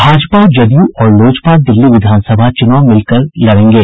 भाजपा जदयू और लोजपा दिल्ली विधानसभा चुनाव मिलकर लड़ेंगे